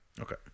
Okay